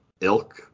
ilk